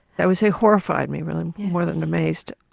i would say horrified me really, more than amazed.